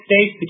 States